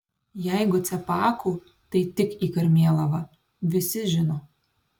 jeigu cepakų tai tik į karmėlavą visi žino